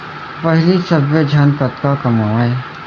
पहिली सब्बे झन कतका कमावयँ